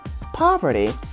poverty